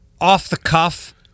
off-the-cuff